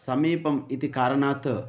समीपम् इति कारणात्